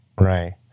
Right